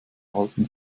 halten